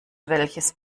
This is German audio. welches